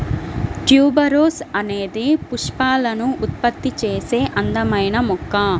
tuberose అనేది పుష్పాలను ఉత్పత్తి చేసే అందమైన మొక్క